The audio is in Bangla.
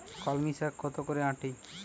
কলমি শাখ কত করে আঁটি?